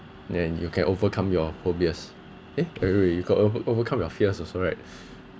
then you can overcome your phobias eh wait wait wait you can over~ overcome your fears also right